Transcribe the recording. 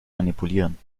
manipulieren